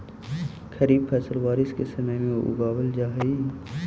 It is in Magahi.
खरीफ फसल बारिश के समय उगावल जा हइ